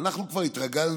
אנחנו כבר התרגלנו